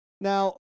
now